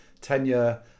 tenure